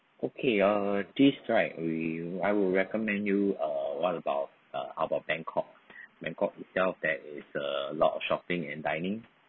okay ah this right we I would recommend you uh what about uh how about bangkok bangkok itself there is a lot of shopping and dining